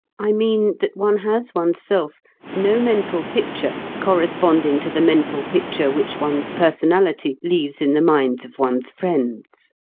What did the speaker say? i mean that one has one's self no mental picture corresponding to the mental picture which one's personality leaves in the minds of one's friends.